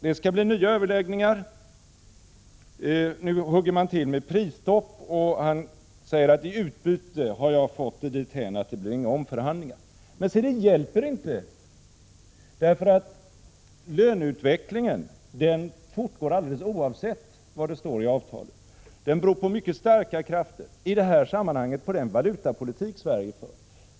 Det skall bli nya överläggningar. Nu hugger man till med prisstopp, och han säger att i utbyte har han fått det dithän att det inte blir några omförhandlingar. Men det hjälper inte, för löneutvecklingen fortgår alldeles oavsett vad som står i avtalet. Den beror på mycket starka krafter — i det här sammanhanget på den valutapolitik Sverige för.